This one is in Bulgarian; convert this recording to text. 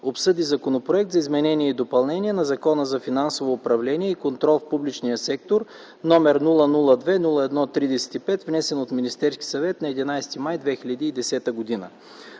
Законопроекта за изменение и допълнение на Закона за финансовото управление и контрол в публичния сектор, № 002 01 35, внесен от Министерския съвет на 11 май 2010 г.”